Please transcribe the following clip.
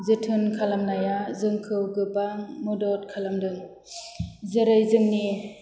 जोथोन खालामनाया जोंखौ गोबां मदद खालामदों जेरै जोंनि